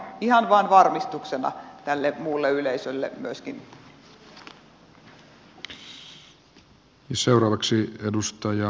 ihan vain varmistuksena tälle muulle yleisölle myöskin